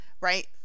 right